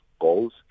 goals